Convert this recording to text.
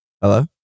Hello